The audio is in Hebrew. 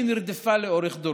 שנרדפה לאורך דורות,